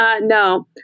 No